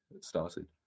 started